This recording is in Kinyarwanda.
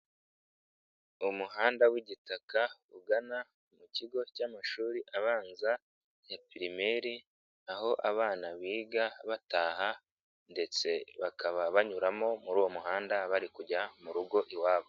Umuhanda w'igitaka ugana mu kigo cy'amashuri abanza ya pirimeri aho abana biga bataha ndetse bakaba banyuramo muri uwo muhanda bari kujya mu rugo iwabo.